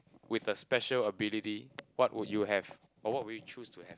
with the special ability what would you have or what would you choose to have